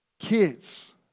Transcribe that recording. Kids